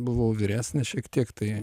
buvau vyresnis šiek tiek tai